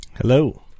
Hello